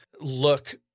look